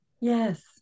Yes